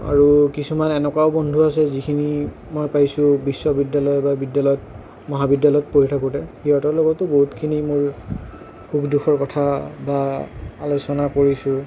আৰু কিছুমান এনেকুৱাও বন্ধু আছে যিখিনি মই পাইছোঁ বিশ্ববিদ্যালয়ত বা বিদ্যালয়ত মহাবিদ্যালয়ত পঢ়ি থাকোঁতে সিহঁতৰ লগতো বহুতখিনি মোৰ সুখ দুখৰ কথা বা আলোচনা কৰিছোঁ